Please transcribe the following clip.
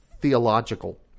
Theological